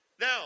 now